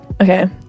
Okay